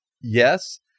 Yes